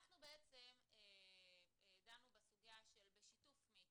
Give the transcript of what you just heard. אנחנו בעצם דנו בסוגיה של בשיתוף מי,